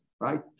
right